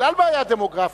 בגלל בעיה דמוגרפית.